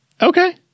Okay